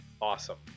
awesome